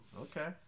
Okay